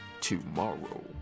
tomorrow